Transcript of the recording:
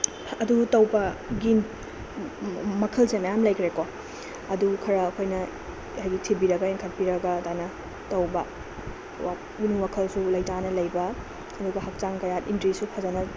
ꯑꯗꯨ ꯇꯧꯕꯒꯤ ꯃꯈꯜꯁꯦ ꯃꯌꯥꯝ ꯂꯩꯈ꯭ꯔꯦ ꯀꯣ ꯑꯗꯨ ꯈꯔ ꯑꯩꯈꯣꯏꯅ ꯍꯥꯏꯗꯤ ꯊꯤꯕꯤꯔꯒ ꯌꯦꯡꯈꯠꯄꯤꯔꯒ ꯑꯗꯨꯃꯥꯏꯅ ꯇꯧꯕ ꯋꯥꯈꯜ ꯄꯨꯛꯅꯤꯡ ꯋꯥꯈꯜꯁꯨ ꯂꯩꯇꯥꯅ ꯂꯩꯕ ꯑꯗꯨꯒ ꯍꯛꯆꯥꯡ ꯀꯌꯥꯠ ꯏꯟꯗ꯭ꯔꯤꯁꯨ ꯐꯖꯅ